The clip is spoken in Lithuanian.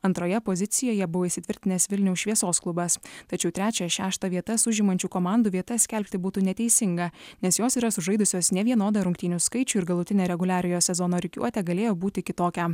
antroje pozicijoje buvo įsitvirtinęs vilniaus šviesos klubas tačiau trečią šeštą vietas užimančių komandų vietas skelbti būtų neteisinga nes jos yra sužaidusios nevienodą rungtynių skaičių ir galutinė reguliariojo sezono rikiuotė galėjo būti kitokia